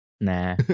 Nah